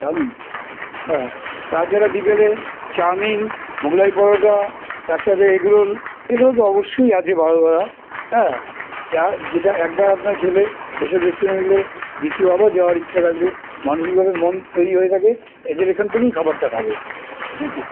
chowmein হ্যাঁ তাছাড়া বিকালে চাউমিন মুঘলাই পরোটা তার সাথে এগ রোল এগুলো তো অবশ্যই আছে ভালো ধরা হ্যাঁ যেটা একবার আপনার খেলে এইসব রেস্টুরেন্টগুলো দ্বিতীয় আবার যাওয়ার ইচ্ছা থাকে মানসিকভাবে মন তৈরি হয়ে থাকে এদের এখান থেকেই খাবারটা খাবো ঠিক আছে